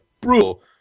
brutal